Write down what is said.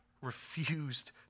refused